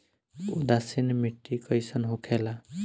उदासीन मिट्टी कईसन होखेला?